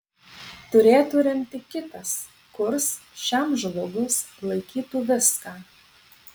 turėtų remti kitas kurs šiam žlugus laikytų viską